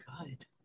good